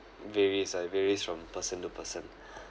varies ah varies from person to person